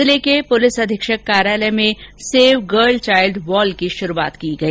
जिले के पुलिस अधीक्षक कार्यालय में सेव गर्ल चाइल्ड वॉल की शुरूआत की गई